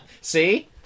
See